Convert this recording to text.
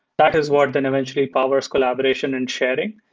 that is what then eventually powers collaboration and sharing.